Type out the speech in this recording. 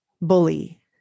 bully